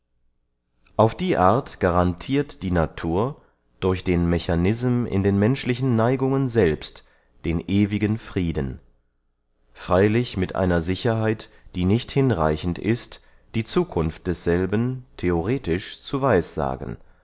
auf die art garantirt die natur durch den mechanism in den menschlichen neigungen selbst den ewigen frieden freylich mit einer sicherheit die nicht hinreichend ist die zukunft desselben theoretisch zu weissagen